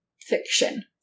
fiction